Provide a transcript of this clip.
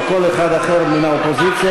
או כל אחד אחר מן האופוזיציה,